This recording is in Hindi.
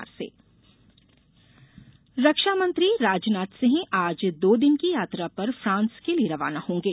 रक्षामंत्री फ्रांस रक्षा मंत्री राजनाथ सिंह आज दो दिन की यात्रा पर फ्रांस के लिए रवाना होंगे